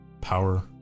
power